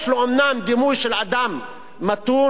יש לו אומנם דימוי של אדם מתון,